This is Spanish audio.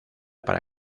para